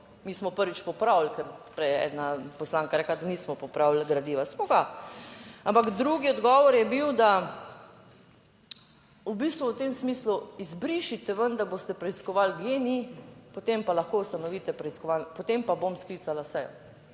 Mi smo prvič popravili, ker prej je ena poslanka rekla, da nismo popravili gradiva. Smo ga, ampak drugi odgovor je bil, da, v bistvu v tem smislu: izbrišite ven, da boste preiskovali GEN-I, potem pa lahko ustanovite preiskovalno, potem pa bom sklicala sejo.